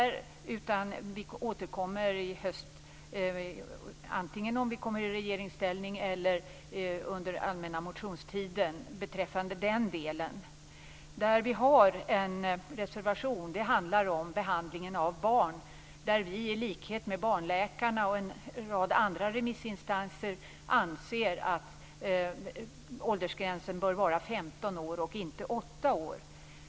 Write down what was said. I stället återkommer vi i höst beträffande den delen - vare sig vi då är i regeringsställning eller det sker under den allmänna motionstiden. Vi har en reservation som gäller behandlingen av barn. Vi, i likhet med barnläkarna och en rad andra remissinstanser, anser att åldersgränsen bör vara femton år, inte åtta år.